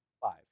Five